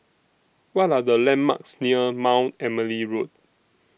What Are The landmarks near Mount Emily Road